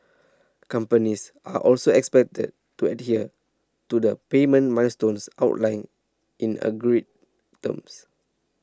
companies are also expected to adhere to the payment milestones outlined in agreed terms